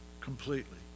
Completely